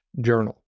journal